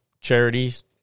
charities